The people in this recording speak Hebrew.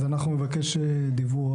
אז אנחנו נבקש דיווח.